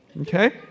Okay